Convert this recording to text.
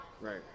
right